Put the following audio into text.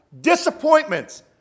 disappointments